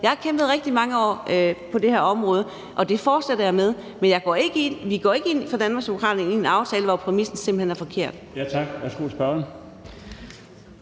Jeg har kæmpet rigtig mange år på det her område, og det fortsætter jeg med. Men vi går ikke ind fra Danmarksdemokraternes side i en aftale, hvor præmissen simpelt hen er forkert.